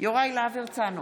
יוראי להב הרצנו,